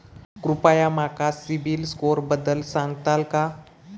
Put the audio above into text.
कृपया माका सिबिल स्कोअरबद्दल सांगताल का?